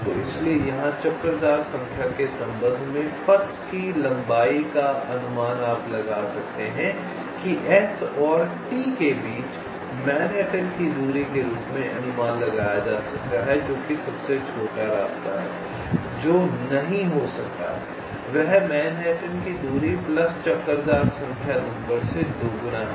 तो इसीलिए यहां चक्करदार संख्या के संबंध में पथ की लंबाई आप अनुमान लगा सकते हैं कि S और T के बीच मैनहट्टन की दूरी के रूप में अनुमान लगाया जा सकता है जो कि सबसे छोटा रास्ता है जो नहीं हो सकता है वह मैनहट्टन की दूरी प्लस चक्करदार संख्या नंबर से दोगुना है